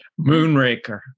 Moonraker